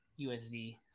USD